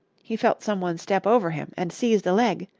he felt some one step over him, and seized a leg.